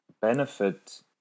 benefit